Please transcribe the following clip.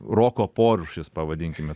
roko porūšis pavadinkime